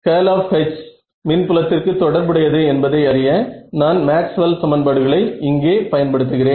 curl of H curl of H மின் புலத்திற்கு தொடர்புடையது என்பதை அறிய நான் மேக்ஸ்வெல் சமன்பாடுகளை இங்கே பயன்படுத்துகிறேன்